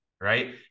Right